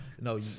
no